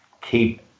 keep